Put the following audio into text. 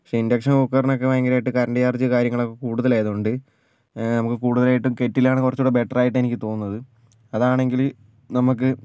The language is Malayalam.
പക്ഷേ ഇൻഡക്ഷൻ കുക്കറിനൊക്കെ ഭയങ്കരമായിട്ട് കറന്റ് ചാർജ്ജ് കാര്യങ്ങളൊക്കെ കൂടുതലായതുകൊണ്ട് നമുക്ക് കൂടുതലായിട്ടും കെറ്റിലാണ് കുറച്ചുകൂടെ ബെറ്ററായിട്ട് എനിക്ക് തോന്നുന്നത് അതാണെങ്കിൽ നമുക്ക്